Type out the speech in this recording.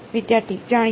વિદ્યાર્થી જાણીતો